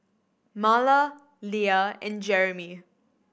Marla Lea and Jeremie